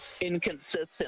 inconsistent